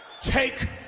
take